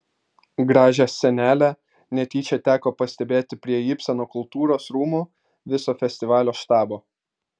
gražią scenelę netyčia teko pastebėti prie ibseno kultūros rūmų viso festivalio štabo